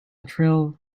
trill